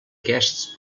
aquests